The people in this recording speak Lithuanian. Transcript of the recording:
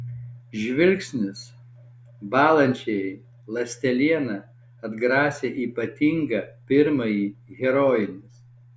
žvilgsnis bąlančiajai ląsteliena atgrasė ypatingą pirmąjį herojinis